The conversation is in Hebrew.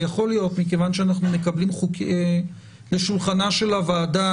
מכיוון שאנחנו מקבלים לשולחנה של הוועדה